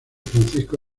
francisco